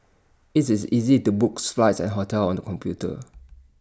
IT is easy to book flights and hotels on the computer